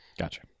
Gotcha